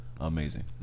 amazing